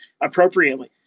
appropriately